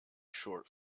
short